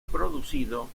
producido